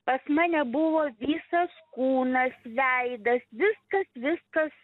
pas mane buvo visas kūnas veidas viskas viskas